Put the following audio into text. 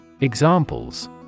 Examples